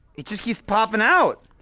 it just keeps popping out!